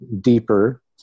deeper